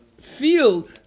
feel